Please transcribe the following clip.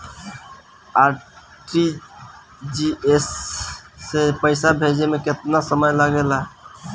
RTGS से पैसा भेजे में केतना समय लगे ला?